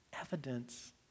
evidence